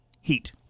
heat